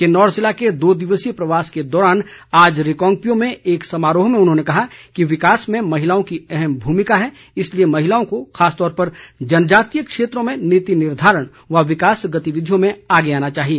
किन्नौर जिले के दो दिवसीय प्रवास के दौरान आज रिकांगपिओ में एक समारोह में उन्होंने कहा कि विकास में महिलाओं की अहम भूमिका है इसलिए महिलाओं को खासतौर पर जनजातीय क्षेत्रों में नीति निर्धारण व विकास गतिविधियों में आगे आना चाहिए